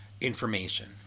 information